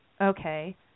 okay